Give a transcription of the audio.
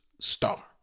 star